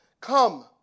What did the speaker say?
come